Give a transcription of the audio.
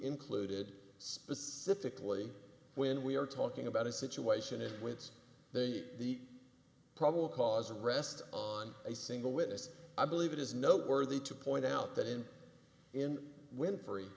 included specifically when we are talking about a situation in which they the probable cause arrest on a single witness i believe it is noteworthy to point out that in in winfrey